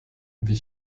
wie